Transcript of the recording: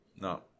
No